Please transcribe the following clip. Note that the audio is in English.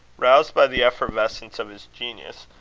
roused by the effervescence of his genius,